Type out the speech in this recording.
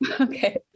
Okay